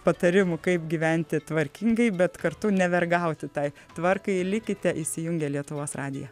patarimų kaip gyventi tvarkingai bet kartu nevergauti tai tvarkai likite įsijungę lietuvos radiją